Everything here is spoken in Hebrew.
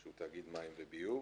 תאגיד מים וביוב.